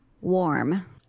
Warm